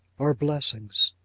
are blessings